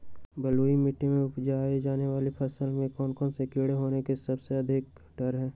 बलुई मिट्टी में उपजाय जाने वाली फसल में कौन कौन से कीड़े होने के अधिक डर हैं?